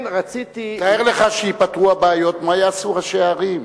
תאר לך שייפתרו הבעיות, מה יעשו ראשי הערים?